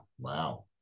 Wow